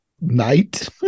night